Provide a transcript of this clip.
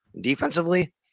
Defensively